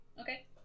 Okay